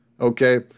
Okay